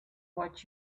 what